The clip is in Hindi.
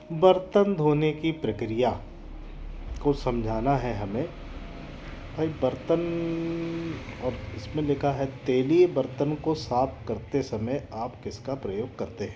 बर्तन धोने की प्रकिया को समझाना है हमें भाई बर्तन अब इस में लिखा है तेलीय बर्तन को साफ़ करते समय आप किसका प्रयोग करते हैं